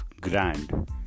grand